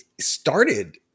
started